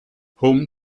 home